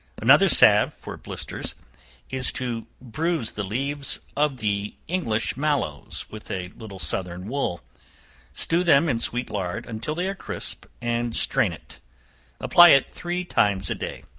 another salve for blisters is to bruise the leaves of the english mallows with a little southern wood stew them in sweet lard until they are crisp, and strain it apply it three times a day.